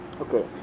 Okay